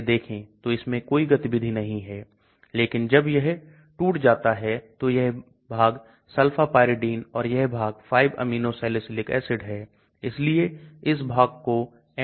Acetyl समूहों के कारण मॉलिक्यूल इसके जैसा है इसलिए यह non planar हो गया है इसलिए घुलनशीलता यह थोड़ा अनाकार हो गया है इसलिए घुलनशीलता 150 माइक्रोग्राम तक बढ़ गई है यह एक बड़ी वृद्धि है जिसे plane से बाहर कहां जाता है